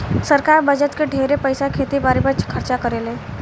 सरकार बजट के ढेरे पईसा खेती बारी पर खर्चा करेले